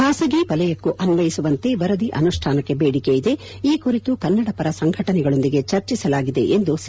ಖಾಸಗಿ ವಲಯಕ್ಕೂ ಅನ್ವಯಿಸುವಂತೆ ವರದಿ ಅನುಷ್ಟಾನಕ್ಕೆ ಬೇಡಿಕೆ ಇದೆ ಈ ಕುರಿತು ಕನ್ನಡ ಪರ ಸಂಘಟನೆಗಳೊಂದಿಗೆ ಚರ್ಚಿಸಲಾಗಿದೆ ಎಂದು ಸಿ